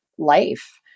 life